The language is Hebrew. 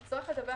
תצטרך לדווח